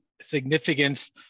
significance